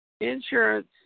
Insurance